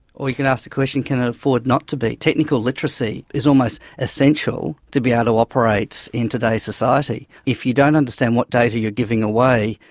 or you can ask the question can it afford not to be. technical literacy is almost essential to be able ah to operate in today's society. if you don't understand what data you're giving away,